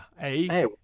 Hey